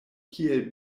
kiel